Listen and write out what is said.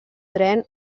tren